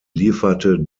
lieferte